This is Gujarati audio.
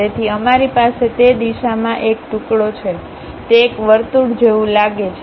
તેથી અમારી પાસે તે દિશામાં એક ટુકડો છે તે એક વર્તુળ જેવું લાગે છે